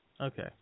Okay